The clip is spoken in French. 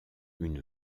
une